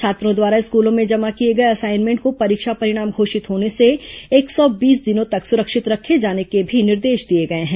छात्रों द्वारा स्कूलों में जमा किए गए असाइनमेंट को परीक्षा परिणाम घोषित होने से एक सौ बीस दिनों तक सुरक्षित रखे जाने के भी निर्देश दिए गए हैं